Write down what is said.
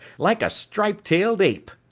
like a striped-tailed ape,